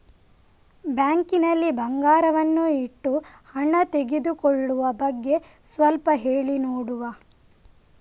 Bank ನಲ್ಲಿ ಬಂಗಾರವನ್ನು ಇಟ್ಟು ಹಣ ತೆಗೆದುಕೊಳ್ಳುವ ಬಗ್ಗೆ ಸ್ವಲ್ಪ ಹೇಳಿ ನೋಡುವ?